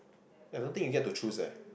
I don't think you get to choose eh